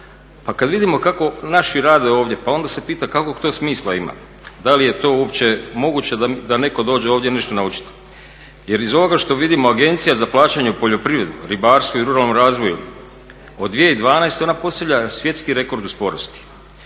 Pa kad vidimo kako naši rade ovdje pa onda se pita kakvog to smisla ima, da li je to uopće moguće da netko dođe ovdje nešto naučiti. Jer iz ovoga što vidimo Agencije za plaćanje u poljoprivredi, ribarstvu i ruralnom razvoju od 2012. ona postavlja svjetski rekord u sporosti.